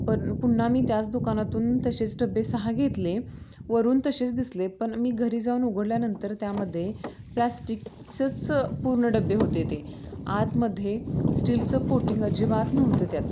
पण पुन्हा मी त्याच दुकानातून तसेच डबे सहा घेतले वरून तसेच दिसले पण मी घरी जाऊन उघडल्यानंतर त्यामध्ये प्लॅस्टिकचंच पूर्ण डबे होते ते आतमध्ये स्टीलचं कोटिंग अजिबात नव्हतं त्यात